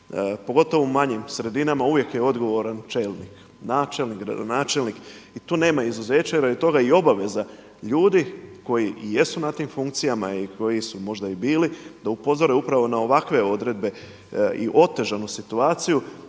pogotovo u manjim sredinama. Uvijek je odgovoran čelnik, načelnik, gradonačelnik i tu nema izuzeća i radi toga i obaveza ljudi koji jesu na tim funkcijama i koje su možda i bili da upozore upravo na ovakve odredbe i otežanu situaciju